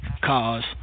cause